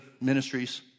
ministries